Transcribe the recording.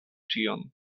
ĉion